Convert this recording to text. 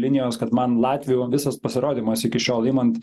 linijos kad man latvių visas pasirodymas iki šiol imant